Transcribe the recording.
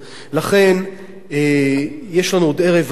לכן יש לנו עוד ערב ארוך,